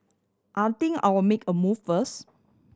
I think I'll make a move first